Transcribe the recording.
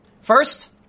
first